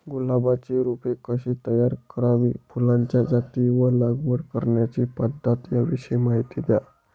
गुलाबाची रोपे कशी तयार करावी? फुलाच्या जाती व लागवड करण्याची पद्धत याविषयी माहिती द्या